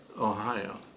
Ohio